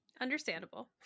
Understandable